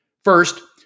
First